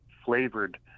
Flavored